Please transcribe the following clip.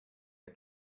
der